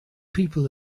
people